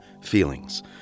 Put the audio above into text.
feelings